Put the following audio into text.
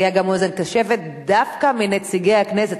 היתה אוזן קשבת דווקא מנציגי הכנסת,